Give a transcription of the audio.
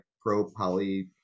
pro-poly